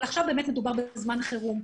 אבל עכשיו מדובר בזמן חירום,